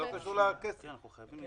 לא קשור לכסף פה.